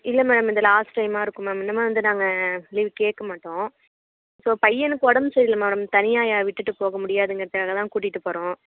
இல்லை மேம் இந்த லாஸ்ட் டைமாக இருக்கும் மேம் இனிமேல் வந்து நாங்கள் லீவ் கேட்க மாட்டோம் ஸோ பையனுக்கு உடம்பு சரியில்லை மேடம் தனியாக விட்டுட்டு போக முடியாதுங்கிறதுக்காக தான் கூட்டிட்டு போகிறோம்